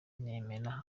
nemera